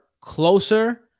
closer